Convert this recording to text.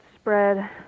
spread